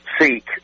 seek